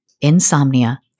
insomnia